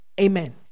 Amen